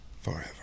forever